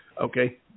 okay